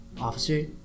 officer